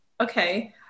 okay